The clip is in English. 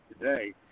today